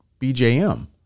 BJM